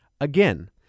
Again